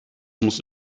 muss